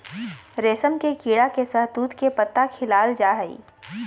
रेशम के कीड़ा के शहतूत के पत्ता खिलाल जा हइ